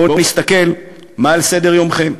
בואו נסתכל מה על סדר-יומכם.